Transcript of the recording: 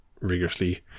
rigorously